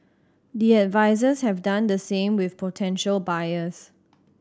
the advisers have done the same with potential buyers